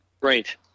Right